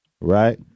Right